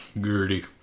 Gertie